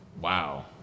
Wow